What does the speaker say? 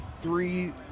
three